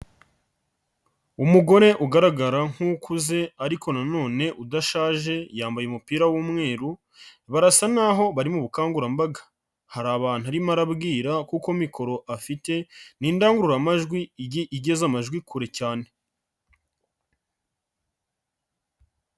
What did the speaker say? Umugore ugaragara nk'ukuze ariko nanone udashaje yambaye umupira w'umweru, barasa naho bari mu bukangurambaga, hari abantu arimo arabwira kuko mikoro afite n'indangururamajwi igeze amajwi kure cyane.